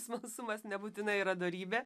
smalsumas nebūtinai yra dorybė